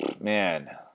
man